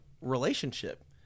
relationship